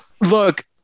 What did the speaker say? Look